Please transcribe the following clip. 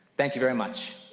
thank you very much.